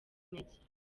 intege